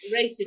racist